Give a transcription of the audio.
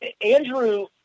Andrew